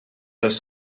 els